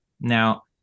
Now